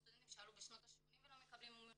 סטודנטים שעלו בשנות ה-80 ולא מקבלים מימון,